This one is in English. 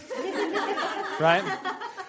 Right